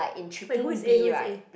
wait who is A who is A